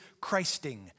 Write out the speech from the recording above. Christing